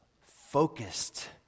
focused